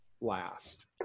last